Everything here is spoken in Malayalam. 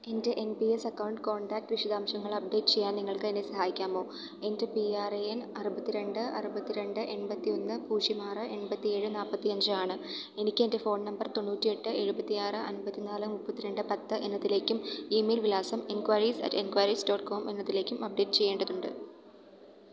എൻ്റെ N P S account contact വിശദാംശങ്ങള് അപ്ഡേറ്റ് ചെയ്യാന് നിങ്ങൾക്ക് എന്നെ സഹായിക്കാമോ എന്റെ പി ആർ എ എന് അറുപത്തിരണ്ട് അറുപത്തിരണ്ട് എൺപത്തിയൊന്ന് പൂജ്യം ആറ് എൺപത്തിയേഴ് നാല്പത്തിയഞ്ച് ആണ് എനിക്ക് എന്റെ ഫോൺ നമ്പർ തൊണ്ണൂറ്റിയെട്ട് എഴുപത്തിയാറ് അൻപത്തിനാല് മുപ്പത്തിരണ്ട് പത്ത് എന്നതിലേക്കും ഇ മെയില് വിലാസം enquiries at enquiries dot com എന്നതിലേക്കും അപ്ഡേറ്റ് ചെയ്യേണ്ടതുണ്ട്